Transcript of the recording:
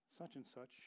such-and-such